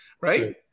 Right